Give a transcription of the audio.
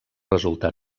resultat